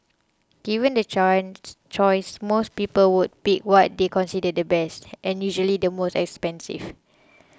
given the choice most people would pick what they consider the best and usually the most expensive